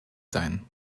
sein